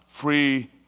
free